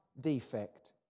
defect